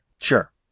Sure